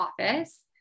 office